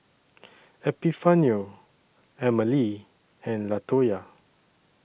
Epifanio Emmalee and Latoya